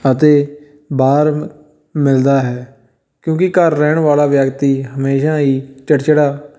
ਅਤੇ ਬਾਹਰ ਮਿਲਦਾ ਹੈ ਕਿਉਂਕਿ ਘਰ ਰਹਿਣ ਵਾਲਾ ਵਿਅਕਤੀ ਹਮੇਸ਼ਾਂ ਹੀ ਚਿੜਚਿੜਾ